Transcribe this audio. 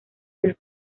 del